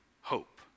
hope